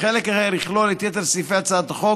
וחלק אחר יכלול את יתר סעיפי הצעת החוק.